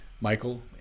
Michael